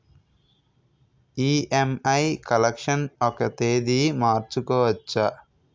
EMI collection ఒక తేదీ మార్చుకోవచ్చా?